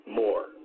more